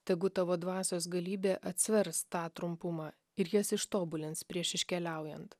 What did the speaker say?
tegu tavo dvasios galybė atsvers tą trumpumą ir jas ištobulins prieš iškeliaujant